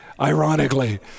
ironically